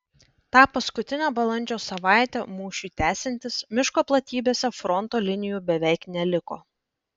tą paskutinę balandžio savaitę mūšiui tęsiantis miško platybėse fronto linijų beveik neliko